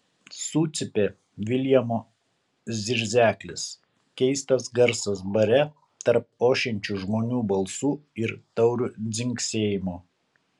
sucypė viljamo zirzeklis keistas garsas bare tarp ošiančių žmonių balsų ir taurių dzingsėjimo